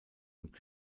und